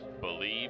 believe